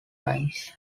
times